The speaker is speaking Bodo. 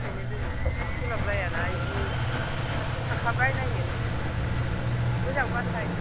नायहैनोनो सोलाबलाया ना बिदि सासे थाखाबाय नायनोनो मोजां बाखाइ